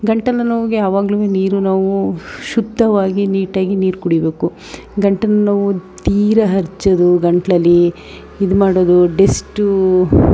ಗಂಟಲು ನೋವಿಗೆ ಯಾವಾಗ್ಲೂ ನೀರು ನಾವು ಶುದ್ಧವಾಗಿ ನೀಟಾಗಿ ನೀರು ಕುಡಿಬೇಕು ಗಂಟಲು ನೋವು ತೀರಾ ಅರ್ಚೋದು ಗಂಟಲಲ್ಲಿ ಇದು ಮಾಡೋದು ಡೆಸ್ಟು